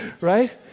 Right